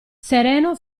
sereno